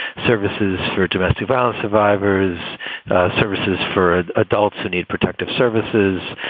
services for domestic violence, survivors services for adults who need protective services.